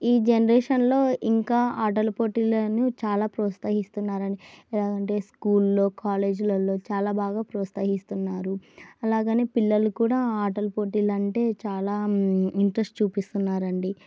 ఈ జనరేషన్లో ఇంకా ఆటల పోటీలను చాలా ప్రోత్సహిస్తున్నారండి ఎలాగంటే స్కూల్లో కాలేజీలలో చాలా బాగా ప్రోత్సహిస్తున్నారు అలాగే పిల్లలు కూడా ఆటల పోటీలంటే చాలా ఇంట్రెస్ట్ చూపిస్తున్నారండి